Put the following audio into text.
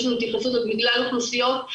יש לנו התייחסות למגוון האוכלוסיות.